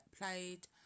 played